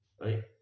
right